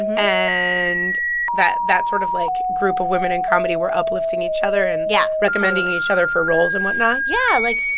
and that that sort of, like, group of women in comedy were uplifting each other and. yeah. recommending each other for roles and whatnot? yeah. like,